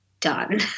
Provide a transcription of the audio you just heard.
done